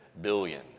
billion